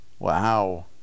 Wow